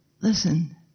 listen